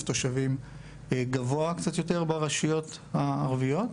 תושבים הוא קצת יותר גבוה ברשויות הערביות.